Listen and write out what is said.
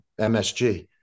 MSG